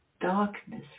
darkness